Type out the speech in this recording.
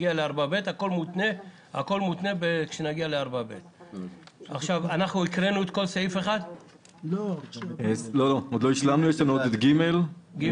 הכול מותנה בתיקון שנעשה כאשר נגיע לפרט 4ב. תקרא את תקנת משנה (ג)